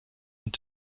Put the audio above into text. und